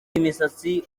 imisatsi